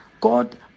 God